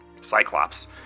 Cyclops